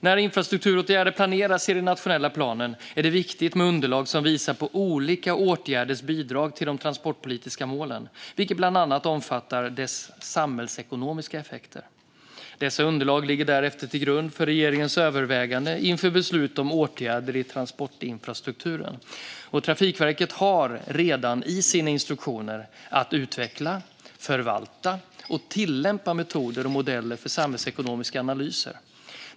När infrastrukturåtgärder planeras i den nationella planen är det viktigt med underlag som visar på olika åtgärders bidrag till de transportpolitiska målen, vilket bland annat omfattar deras samhällsekonomiska effekter. Dessa underlag ligger därefter till grund för regeringens överväganden inför beslut om åtgärder i transportinfrastrukturen. Trafikverket har redan i sina instruktioner att utveckla, förvalta och tillämpa metoder och modeller för samhällsekonomiska analyser.